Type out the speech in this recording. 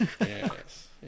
Yes